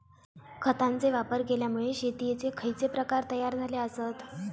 खतांचे वापर केल्यामुळे शेतीयेचे खैचे प्रकार तयार झाले आसत?